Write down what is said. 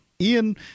Ian